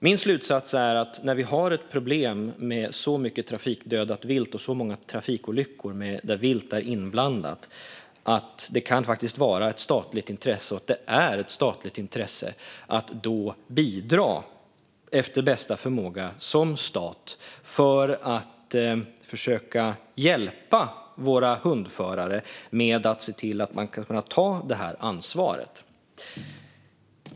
Min slutsats är att när vi har ett problem med så mycket trafikdödat vilt och så många trafikolyckor där vilt är inblandat kan det faktiskt vara - och är - ett statligt intresse att bidra efter bästa förmåga som stat för att försöka hjälpa våra hundförare genom att se till att de ska kunna ta det här ansvaret.